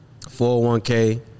401k